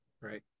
Right